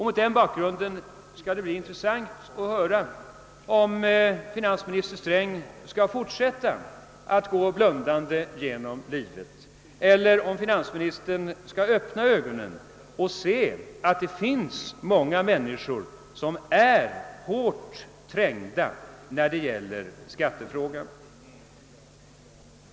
Mot den bakgrunden skall det bli intressant att höra om finansminister Sträng skall fortsätta gå blundande genom livet eller om han skall öppna ögonen och se att det finns många människor som är hårt trängda när det gäller skattefrågan.